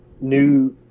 new